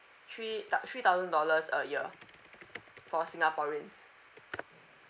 three thou~ three thousand dollars a year for singaporeans